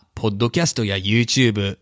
ポッドキャストやYouTube